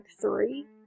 three